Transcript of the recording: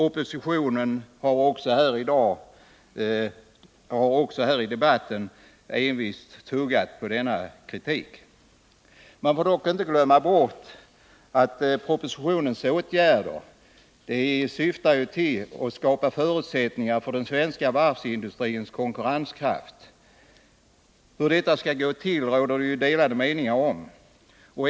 Oppositionen har också här i debatten envist tuggat på denna kritik. Man får dock inte glömma bort att propositionens åtgärder syftar till att skapa förutsättningar för den svenska varvsindustrins konkurrenskraft. Hur detta skall gå till råder delade meningar om.